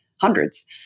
Hundreds